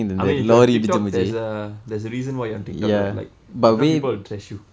I mean if your on TikTok there's a there's a reason why your on TikTok right like if not people will trash you